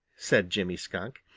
said jimmy skunk,